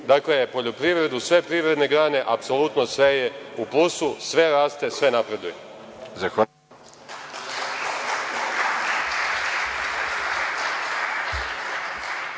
poljoprivredu, sve privredne grane, apsolutno sve je u plusu, sve raste, sve napreduju.